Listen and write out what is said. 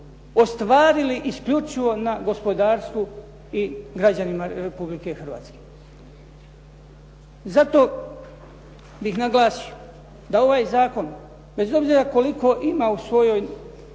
ostvarili isključivo na gospodarstvu i građanima Republike Hrvatske. zato bih naglasio da ovaj zakon bez obzira koliko ima u svojoj